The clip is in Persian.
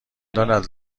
دارد